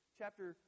chapter